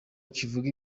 kivuga